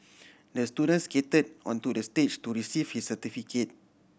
the student skated onto the stage to receive his certificate